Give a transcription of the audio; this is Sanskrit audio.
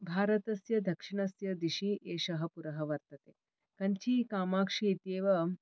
भारतस्य दक्षिणस्य दिशि एषः पुरः वर्तते कांची कामाक्षी इत्येव